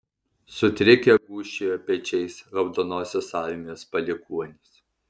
sutrikę gūžčiojo pečiais raudonosios armijos palikuonys